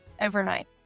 overnight